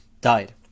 died